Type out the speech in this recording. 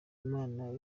imana